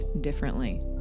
differently